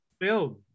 film